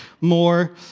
more